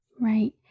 Right